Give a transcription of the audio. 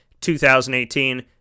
2018